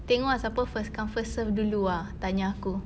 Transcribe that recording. tengok ah siapa first come first serve dulu ah tanya aku